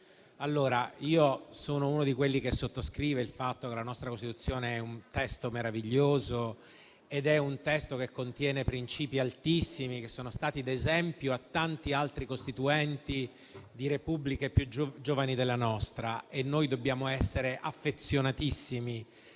Io sono uno di quelli che sottoscrive il fatto che la nostra Costituzione è un testo meraviglioso che contiene princìpi altissimi, che sono stati d'esempio a tanti altri Costituenti di Repubbliche più giovani della nostra. E noi dobbiamo essere affezionatissimi al cuore